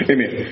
Amen